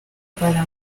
para